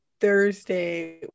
thursday